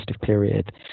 period